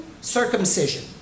Circumcision